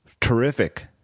Terrific